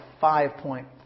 five-point